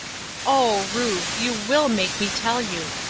oh, ruth, you will make me tell you!